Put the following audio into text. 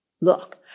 Look